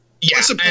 Yes